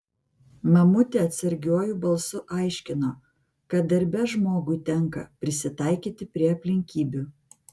mamutė atsargiuoju balsu aiškino kad darbe žmogui tenka prisitaikyti prie aplinkybių